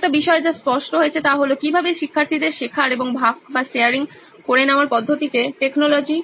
একটি বিষয় যা স্পষ্ট হয়েছে তা হল কিভাবে শিক্ষার্থীদের শেখার এবং ভাগ করে নেওয়ার পদ্ধতিকে টেকনোলজি